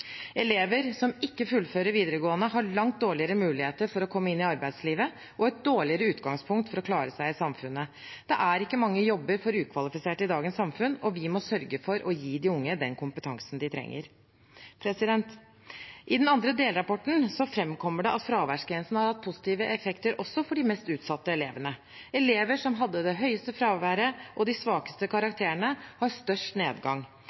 Elever som ikke fullfører videregående, har langt dårligere muligheter til å komme inn i arbeidslivet og et dårligere utgangspunkt for å klare seg i samfunnet. Det er ikke mange jobber for ukvalifiserte i dagens samfunn, og vi må sørge for å gi de unge den kompetansen de trenger. I den andre delrapporten framkommer det at fraværsgrensen har hatt positive effekter også for de mest utsatte elevene. Elever som hadde det høyeste fraværet og de svakeste karakterene, har størst nedgang.